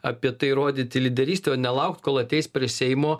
apie tai rodyti lyderystę o nelaukt kol ateis prie seimo